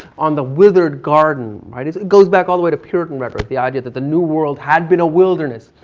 on the whithered garden. right? it goes back all the way to puritan record. the idea that the new world had been a wilderness.